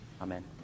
Amen